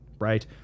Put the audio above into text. right